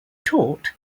taught